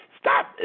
stop